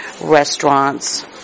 restaurants